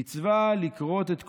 "מצווה לקרות את כולה,